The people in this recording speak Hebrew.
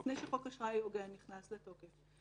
זה עוד לפני שחוק אשראי הוגן נכנס לתוקף.